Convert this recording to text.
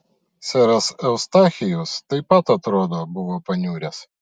seras eustachijus taip pat atrodo buvo paniuręs